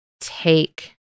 take